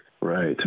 Right